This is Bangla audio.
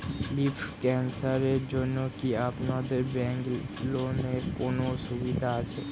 লিম্ফ ক্যানসারের জন্য কি আপনাদের ব্যঙ্কে লোনের কোনও সুবিধা আছে?